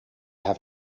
have